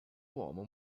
uomo